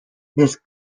this